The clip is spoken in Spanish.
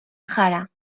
jara